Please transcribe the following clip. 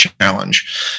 challenge